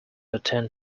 attend